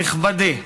נכבדי,